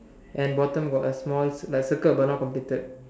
and bottom got a small like circle but not completed